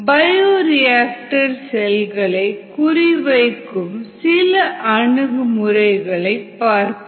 பயோரியாக்டரில் செல்களை குறி வைக்கும் சில அணுகு முறைகளை பார்ப்போம்